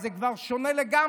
אז זה כבר שונה לגמרי.